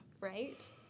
Right